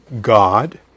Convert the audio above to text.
God